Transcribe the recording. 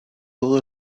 todo